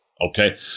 Okay